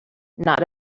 not